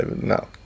No